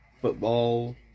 football